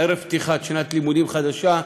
ערב פתיחת שנת לימודים חדשה.